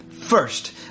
first